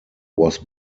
was